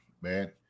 man